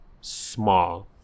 Small